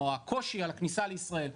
או הקושי על הכניסה לישראל.